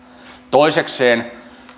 toisekseen